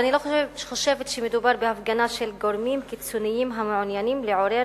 ואני לא חושבת שמדובר בהפגנה של "גורמים קיצוניים המעוניינים לעורר